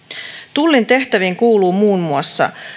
tullin tehtäviin kuuluu muun muassa